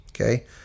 okay